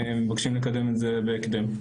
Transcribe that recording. ומבקשים לקדם את זה בהקדם.